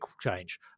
change